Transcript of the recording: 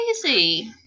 crazy